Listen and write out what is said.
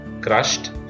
crushed